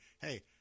Hey